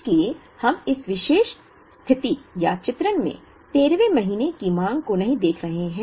इसलिए हम इस विशेष स्थिति या चित्रण में 13 वें महीने की मांग को नहीं देख रहे हैं